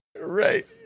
Right